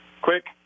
quick